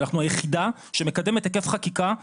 אנחנו היחידה שמקדמת היקף חקיקה,